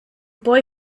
boy